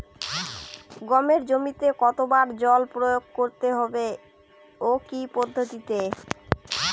গমের জমিতে কতো বার জল প্রয়োগ করতে হবে ও কি পদ্ধতিতে?